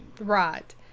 Right